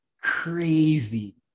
crazy